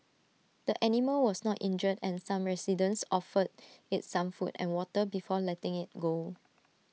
the animal was not injured and some residents offered IT some food and water before letting IT go